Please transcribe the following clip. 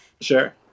Sure